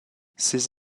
ses